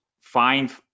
find